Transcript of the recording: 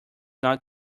not